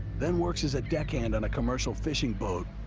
then works as a deckhand on a commercial fishing boat,